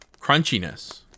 Crunchiness